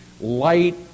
light